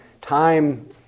Time